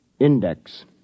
Index